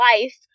life